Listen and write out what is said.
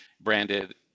branded